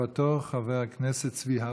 הבא בתור, חבר הכנסת צבי האוזר.